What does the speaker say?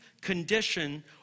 condition